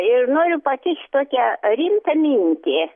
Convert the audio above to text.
ir noriu pakišt tokią rimtą mintį